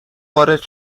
وارد